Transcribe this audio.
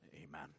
Amen